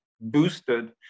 boosted